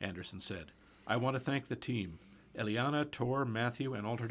anderson said i want to thank the team eliana torre matthew and altered